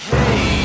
Hey